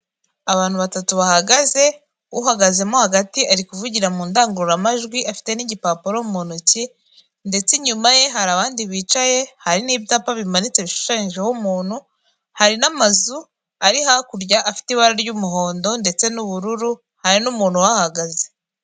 Abantu batatu bahagaze, uhagazemo hagati ari kuvugira mu ndangururamajwi afite n'igipapuro mu ntoki, ndetse inyuma ye hari abandi bicaye hari n'ibyapa bimanitse bishushanyijeho umuntu hari n'amazu ari hakurya afite ibara ry'umuhondo ndetse n'ubururu hari n'umuntu uhahagaze.